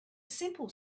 simple